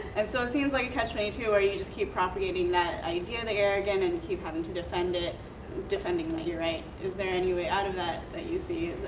and so it seems like a catch twenty two, where you just keep propagating that idea that and you're arrogant, and you keep having to defend it defending that you're right. is there any way out of that that you see?